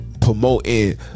Promoting